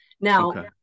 Now